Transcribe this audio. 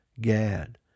Gad